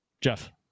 Jeff